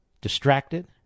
distracted